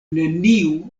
neniu